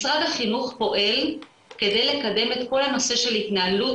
משרד החינוך פועל כדי לקדם את כל הנושא של התנהלות